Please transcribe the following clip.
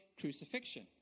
crucifixion